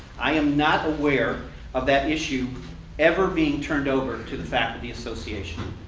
i am not aware of that issue ever being turned over to the faculty association.